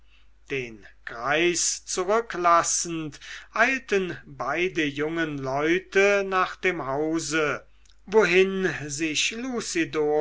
den greis zurücklassend eilten beide jungen leute nach dem hause wohin sich